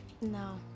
no